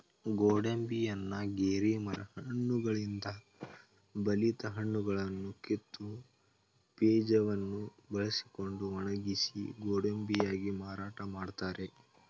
ಗೋಡಂಬಿಯನ್ನ ಗೇರಿ ಮರ ಹಣ್ಣುಗಳಿಂದ ಬಲಿತ ಹಣ್ಣುಗಳನ್ನು ಕಿತ್ತು, ಬೀಜವನ್ನು ಬಿಡಿಸಿಕೊಂಡು ಒಣಗಿಸಿ ಗೋಡಂಬಿಯಾಗಿ ಮಾರಾಟ ಮಾಡ್ತರೆ